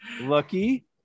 Lucky